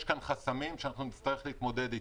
יש כאן חסמים שנצטרך להתמודד איתם.